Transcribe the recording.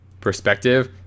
perspective